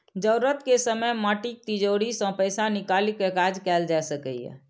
जरूरत के समय माटिक तिजौरी सं पैसा निकालि कें काज कैल जा सकैए